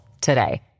today